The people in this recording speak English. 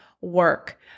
work